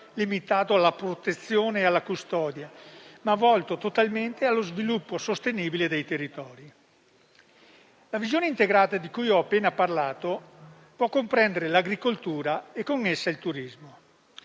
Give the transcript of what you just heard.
limitato solo alla protezione e alla custodia, ma volto totalmente allo sviluppo sostenibile dei territori. La visione integrata di cui ho appena parlato può comprendere l'agricoltura e, con essa, il turismo,